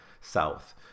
South